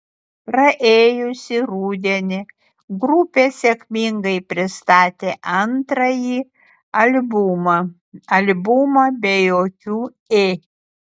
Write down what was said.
praėjusį rudenį grupė sėkmingai pristatė antrąjį albumą albumą be jokių ė